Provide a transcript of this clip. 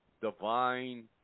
divine